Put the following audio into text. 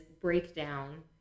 breakdown